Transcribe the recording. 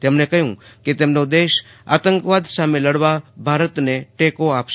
તેમણે કહ્યું કે તેમનો દેશ આંતકવાદ સામે લડવા ભારતને ટેકો આપશે